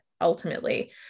ultimately